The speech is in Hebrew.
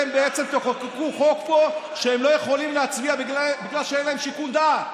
עוד מעט תחוקקו חוק פה שהם לא יכולים להצביע בגלל שאין להם שיקול דעת.